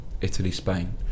Italy-Spain